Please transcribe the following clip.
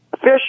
fish